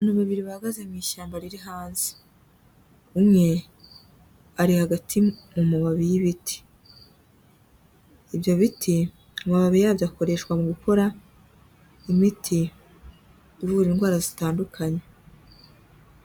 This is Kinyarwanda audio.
Abantu babiri bahagaze mu ishyamba riri hanze, umwe ari hagati mu mababi y'ibiti, ibyo biti amababi yabyo akoreshwa mu gukora imiti ivura indwara zitandukanye